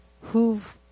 who've